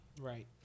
Right